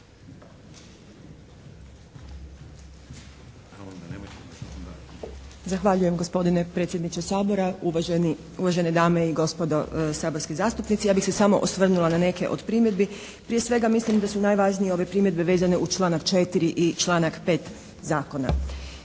Zahvaljujem gospodine predsjedniče Sabora, uvažene dame i gospodo saborski zastupnici. Ja bih se samo osvrnula na neke od primjedbi. Prije svega mislim da su najvažnije ove primjedbe vezano u članak 4. i članak 5. Zakona.